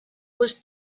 was